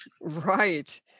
Right